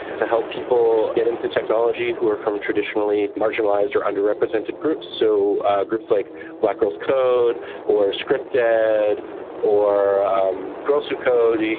to help people get into technology who are from traditionally marginalized or underrepresented groups so groups like black girls code or script ed or um girls who code. yeah